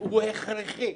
הוא הכרחי.